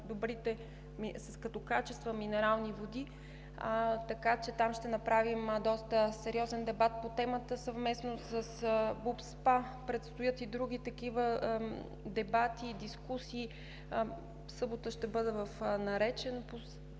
като качество минерални води, така че там ще направим доста сериозен дебат по темата съвместно с БУБСПА. Предстоят и други такива дебати, дискусии, а в събота ще бъда в Наречен по